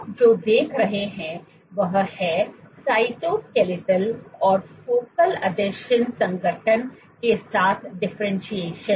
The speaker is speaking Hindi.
आप जो देख रहे हैं वह है साइटोसस्केलेटल और फोकल आसंजन संगठन के साथ डिफरेंटशिएशन